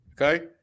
okay